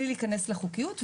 לא אומרת שההכנסה הזאת חוקית.